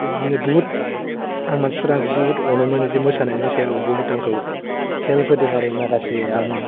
बिदिनो बहुथ आं मानसिफोरा आंखौ बहुथ अनोमोन बिदि मोसानायनि सायाव बहुथ आंखौ हेल्प होदों आरो माखासे आं